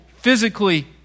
physically